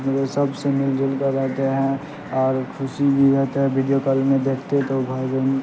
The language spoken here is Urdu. سب سے مل جل کر رہتے ہیں اور خوشی بھی رہتا ہے ویڈیو کال میں دیکھتے تو بھائی بہن